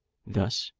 thus,